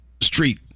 street